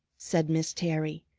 said miss terry,